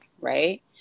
Right